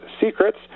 secrets